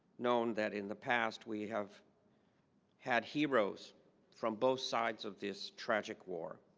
known that in the past we have had heroes from both sides of this tragic war.